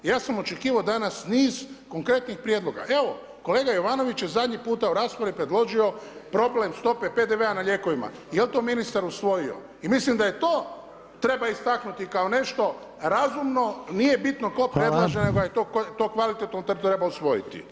Ja sam očekivao danas niz konkretnih prijedloga, evo kolega Jovanović je zadnji puta u raspravi predložio problem stope PDV-a na lijekovima, jel to ministar usvojio i mislim da to treba istaknuti kao nešto razumno nije bitno tko predlaže [[Upadica: Hvala.]] nego je to kvalitetno to treba usvojiti.